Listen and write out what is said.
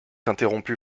interrompue